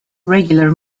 regular